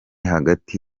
hagati